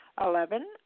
Eleven